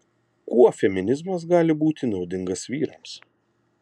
kuo feminizmas gali būti naudingas vyrams